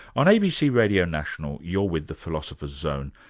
on abc radio national, you're with the philosopher's zone,